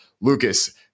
Lucas